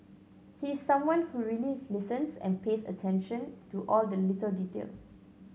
he's someone who really listens and pays attention to all the little details